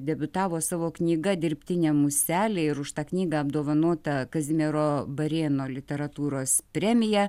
debiutavo savo knyga dirbtinė muselė ir už tą knygą apdovanota kazimiero barėno literatūros premija